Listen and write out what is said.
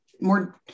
more